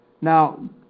Now